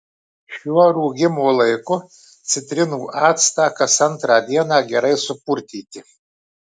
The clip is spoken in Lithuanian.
šiuo rūgimo laiku citrinų actą kas antrą dieną gerai supurtyti